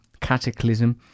Cataclysm